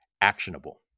actionable